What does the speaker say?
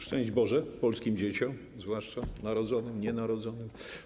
Szczęść Boże! - polskim dzieciom, zwłaszcza narodzonym, nienarodzonym.